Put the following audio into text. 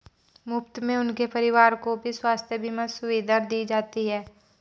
मुफ्त में उनके परिवार को भी स्वास्थ्य बीमा सुविधा दी जाती है